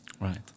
Right